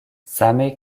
same